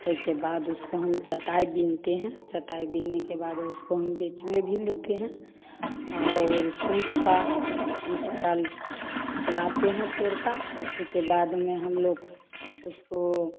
उसके बाद उसके बाद उसको हम चटाई बुनते हैं चटाई बुन के बाद उसको हम बेचते भी लेते हैं और कूस का कूस का लाते हैं तोड़कर उसके बाद में हम लोग उसको